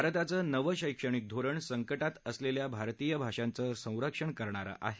भारताचं नवं शैक्षणिक धोरण संकटात असलख्वि भारतीय भाषांचं संरक्षण करणारं आह